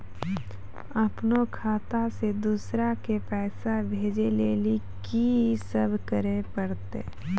अपनो खाता से दूसरा के पैसा भेजै लेली की सब करे परतै?